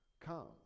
come